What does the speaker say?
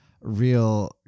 real